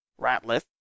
Ratliff